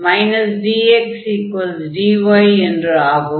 dxdy என்று ஆகும்